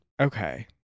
okay